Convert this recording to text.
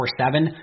24-7